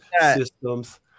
systems